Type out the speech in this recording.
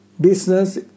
business